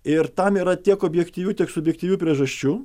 ir tam yra tiek objektyvių tiek subjektyvių priežasčių